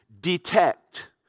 detect